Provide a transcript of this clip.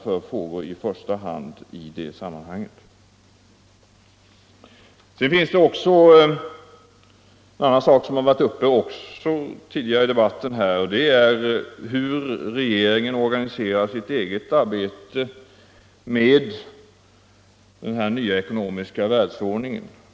En annan sak som också varit uppe tidigare i debatten är hur regeringen organiserar sitt eget arbete med den nya ekonomiska världsordningen.